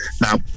Now